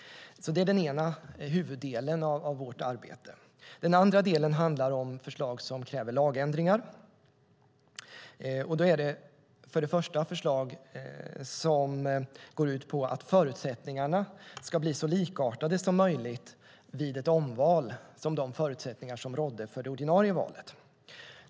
Det är den ena delen av vårt arbete. Den andra delen handlar om förslag som kräver lagändringar. Det är förslag som går ut på att förutsättningarna vid ett omval ska bli så lika de förutsättningar som rådde vid det ordinarie valet som möjligt.